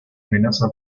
amenaza